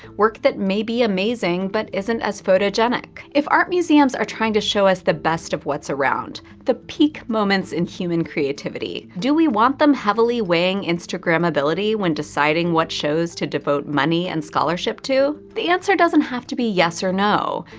work that may be amazing but isn't as photogenic. if art museums are trying to show us the best of what's around the peak moments in human creativity do we want them heavily weighing instagrammability when deciding what shows to devote money and scholarship to? the answer doesn't have to be yes or no,